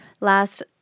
last